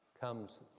comes